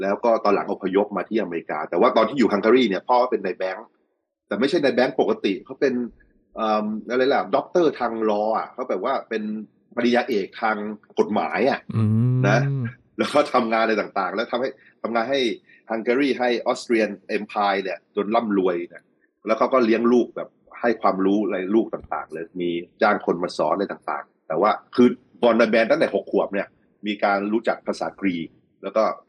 แล้วก็ตอนหลังอพยพมาที่อเมริกา แต่ว่าตอนที่อยู่ฮังการีเนี่ยพ่อเป็นนายแบงค์ แต่ไม่ใช่นายแบงค์ปกติ เขาเป็นเอิ่มอะไรล่ะ ด็อกเตอร์ทาง law อะ เขาแบบว่าเป็นปริญญาเอกทางกฎหมายอะอืมนะ แล้วก็ทำงานอะไรต่างๆ แล้วทำให้- ทำงานให้ฮังการีให้ Austrian Empire เนี่ยจนร่ำรวยเนี่ย แล้วเขาก็เลี้ยงลูกแบบให้ความรู้อะไรลูกต่างๆเลย มีจ้างคนมาสอนอะไรต่างๆ แต่ว่าคือ von Neumann ตั้งแต่หกขวบเนี่ยมีการรู้จักภาษากรีกแล้วก็